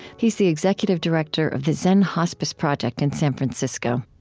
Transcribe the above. he's the executive director of the zen hospice project in san francisco.